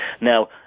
Now